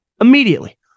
Immediately